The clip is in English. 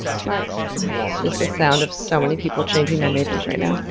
smart. that's just the sound of so many people changing their majors right now.